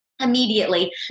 immediately